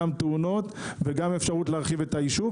גם תאונות וגם אפשרות להרחיב את היישוב.